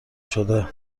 شده